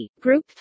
Group